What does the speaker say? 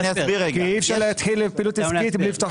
כי אי אפשר להתחיל פעילות עסקית בלי לפתוח תיקים,